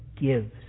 gives